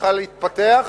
שצריכה להתפתח.